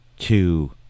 Two